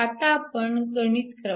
आता आपण गणित क्र